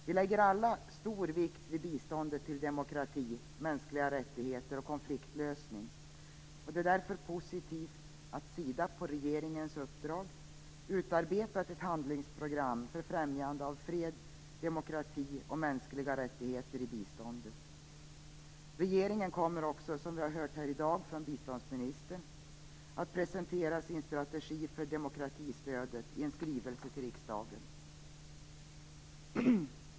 Vi lägger alla stor vikt vid biståndet till demokrati, mänskliga rättigheter och konfliktlösning och det är därför positivt att Sida på regeringens uppdrag utarbetat ett handlingsprogram för främjande av fred, demokrati och mänskliga rättigheter i biståndet. Som vi har hört här i dag från biståndsministern kommer regeringen också att presentera sin strategi för demokratistödet i en skrivelse till riksdagen.